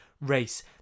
race